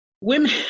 women